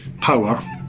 power